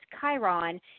Chiron